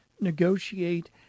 negotiate